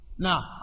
Now